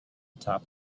top